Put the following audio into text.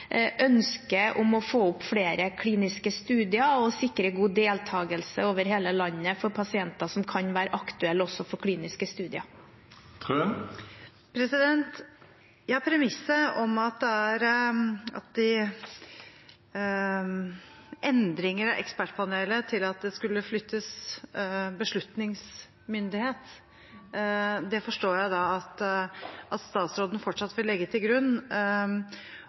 ønsket om å få opp flere kliniske studier og sikre god deltakelse over hele landet for pasienter som kan være aktuelle også for kliniske studier. Premisset om endringer av Ekspertpanelet – at det skulle flyttes beslutningsmyndighet – forstår jeg da at statsråden fortsatt vil legge til grunn,